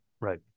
Right